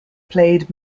played